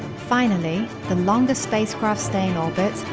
finally, the longer spacecraft stay in orbit,